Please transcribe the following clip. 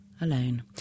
Alone